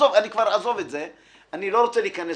אני לא רוצה להיכנס